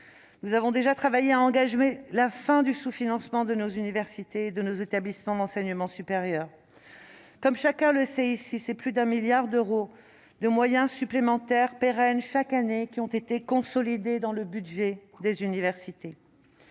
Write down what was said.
Nous avons déjà travaillé à engager la fin du sous-financement de nos universités et de nos établissements d'enseignement supérieur. Comme chacun le sait, plus de 1 milliard d'euros de moyens supplémentaires pérennes ont été consolidés chaque année dans le budget des universités.